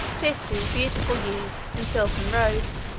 fifty beautiful youths, in silken robes,